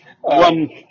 One